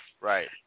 Right